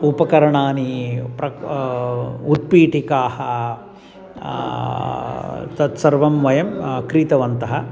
उपकरणानि प्राक् उत्पीटिकाः तत्सर्वं वयं क्रीतवन्तः